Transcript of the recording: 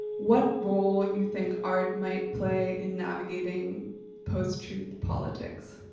what role you think art might play in navigating post-truth politics?